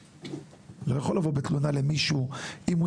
לא יכול לבוא בתלונה למישהו אם הוא